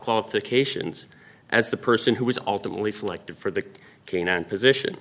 qualifications as the person who was alternately selected for the canine position